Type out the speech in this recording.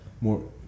more